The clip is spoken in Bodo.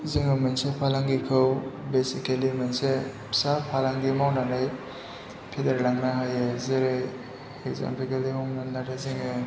जोङो मोनसे फालांगिखौ बेसिकेलि मोनसे फिसा फालांगि मावनानै फेदेरलांनो हायो जेरै एक्जाम्पोल के लिए हमनानै लादो जोङो